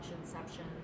inception